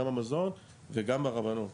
גם במזון וגם ברבנות.